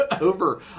over